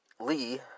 Lee